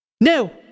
No